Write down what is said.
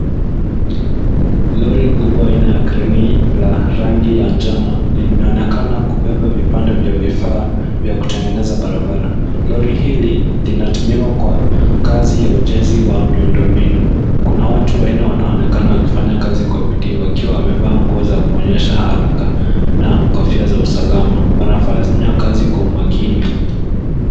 Lori kubwa aina ya kreni la rangi ya njano imeonekana kubeba vipande vya vifaa vya kutengeneza barabara. Lori hili linatumiwa kwa kazi ya ujenzi wa miundombinu. Kuna watu wanne wanaonekana wakifanya kazi kwa bidii wakiwa wamevaa nguo za kuonyesha haraka na kofia za usalama. Wanafanya kazi kwa umakini.